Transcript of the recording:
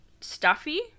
stuffy